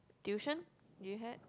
tuition did you had